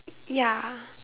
ya